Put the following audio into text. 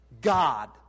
God